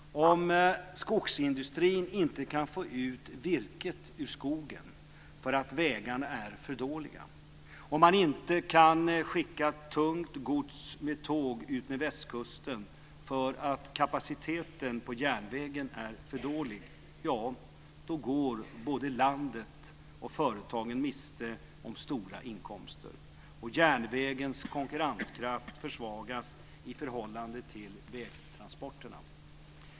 Om skogsindustrin inte kan få ut virket ur skogen för att vägarna är för dåliga, om man inte kan skicka tungt gods med tåg utmed Västkusten för att kapaciteten på järnvägen är för dålig, går både landet och företagen miste om stora inkomster. Järnvägens konkurrenskraft försvagas i förhållande till vägtransporterna.